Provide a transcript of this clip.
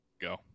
Go